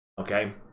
Okay